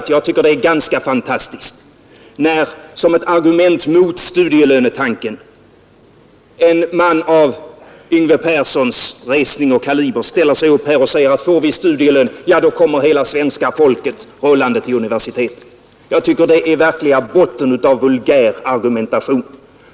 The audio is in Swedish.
Jag tycker det är ganska fantastiskt när en man av Yngve Perssons resning och kaliber ställer sig upp här och säger, som ett argument mot studielönetanken, att får vi studielön, då kommer hela svenska folket rullande till universiteten. Det är den verkliga bottnen av vulgär argumentation.